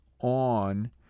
on